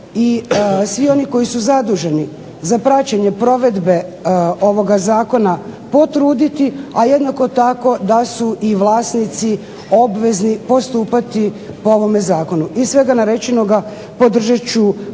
svi oni koji su zaduženi za praćenje provedbe ovoga zakona potruditi, a jednako tako da su i vlasnici obvezni postupati po ovome zakonu. Iz svega narečenoga podržat